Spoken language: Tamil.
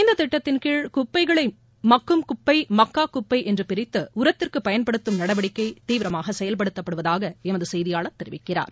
இந்த திட்டத்தின் கீழ் குப்பைகளை மட்கும் குப்பை மட்கா குப்பை என்று பிரித்து உரத்துக்கு பயன்படுத்தும் நடவடிக்கை தீவிரமாக செயல்படுத்தப்படுவதாக எமது செய்தியாளர் தெரிவிக்கிறார்